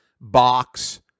box